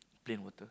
plain water